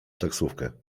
taksówkę